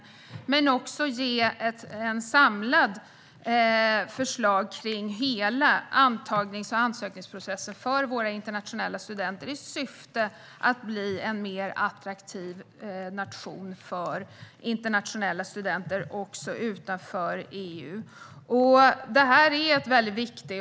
Men man ska också ge ett samlat förslag kring hela antagnings och ansökningsprocessen för våra internationella studenter i syfte att Sverige ska bli en mer attraktiv nation för internationella studenter också utanför EU. Detta är väldigt viktigt.